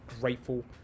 grateful